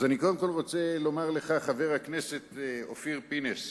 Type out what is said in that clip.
אני קודם כול רוצה לומר לך, חבר הכנסת אופיר פינס,